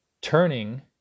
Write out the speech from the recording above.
turning